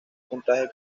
puntaje